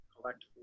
collect